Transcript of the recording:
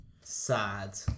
sad